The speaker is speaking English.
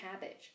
cabbage